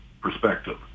perspective